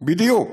בדיוק.